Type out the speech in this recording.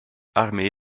armee